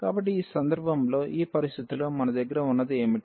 కాబట్టి ఈ సందర్భంలో ఈ పరిస్థితిలో మన దగ్గర ఉన్నది ఏమిటి